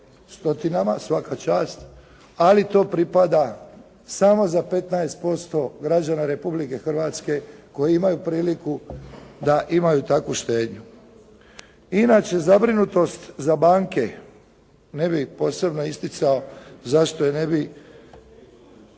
stotinama, svaka čast, ali to pripada samo za 15% građana Republike Hrvatske koji imaju priliku da imaju takvu štednju. Inače zabrinutost za banke, ne bih posebno isticao. Zašto je ne bih?